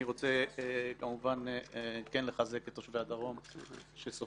אני רוצה כמובן לחזק את תושבי הדרום שסופגים.